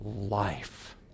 life